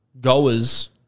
goers